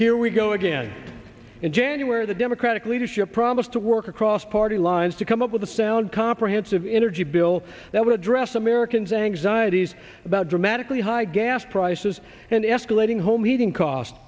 here we go again in january the democratic leadership promised to work across party lines to come up with a sound comprehensive energy bill that would address americans anxieties about dramatically high gas prices and escalating home heating cost